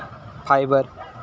fibre